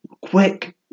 quick